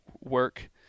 work